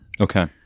okay